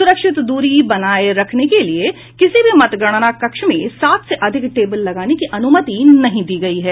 सुरक्षित दूरी बनाए रखने के लिए किसी भी मतगणना कक्ष में सात से अधिक टेबल लगाने की अनुमति नहीं दी गयी है